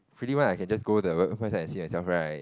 really want I can just go the website and see myself right